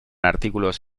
artículos